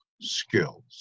skills